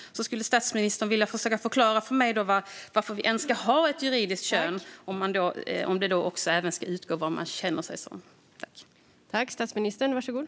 Skulle statsministern vilja försöka förklara för mig varför vi ens ska ha ett juridiskt kön om det även ska utgå från vad man känner sig som?